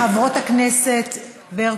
חברת הכנסת ברקו.